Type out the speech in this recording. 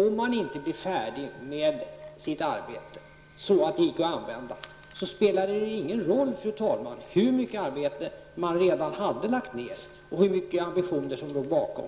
Om man inte blev färdig med sitt arbete så att det gick att använda, spelade det ingen roll hur mycket arbete man redan hade lagt ned och hur stora ambitioner som låg bakom.